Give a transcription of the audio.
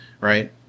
right